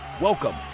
Welcome